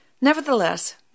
Nevertheless